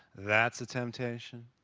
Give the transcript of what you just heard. that's a temptation.